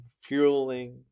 fueling